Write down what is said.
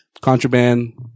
Contraband